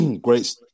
Great